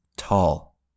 tall